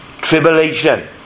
tribulation